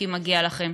כי מגיע לכם.